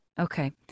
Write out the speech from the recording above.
Okay